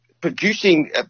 producing